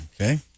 Okay